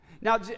Now